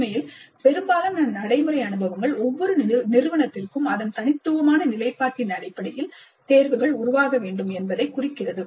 உண்மையில் பெரும்பாலான நடைமுறை அனுபவங்கள் ஒவ்வொரு நிறுவனத்திற்கும் அதன் தனித்துவமான நிலைப்பாட்டின் அடிப்படையில் தேர்வுகள் உருவாக வேண்டும் என்பதைக் குறிக்கிறது